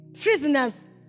prisoners